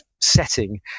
setting